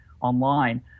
online